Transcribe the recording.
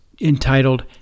entitled